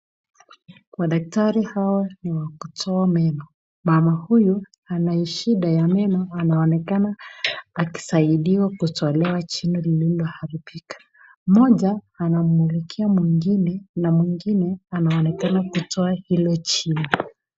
Madaktari hawa ni wa kutoa meno. Mama huyu anaye shida ya meno anaonekana akisaidiwa kutolewa jino lililoharibika. Mmoja anammulikia mwingine na mwingine anaonekana kutoa hilo jino.